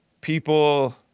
people